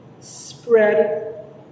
Spread